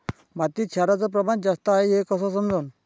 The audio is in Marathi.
मातीत क्षाराचं प्रमान जास्त हाये हे कस समजन?